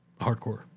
hardcore